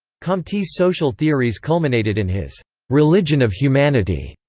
comte's social theories culminated in his religion of humanity,